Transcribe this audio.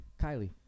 Kylie